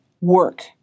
work